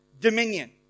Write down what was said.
dominion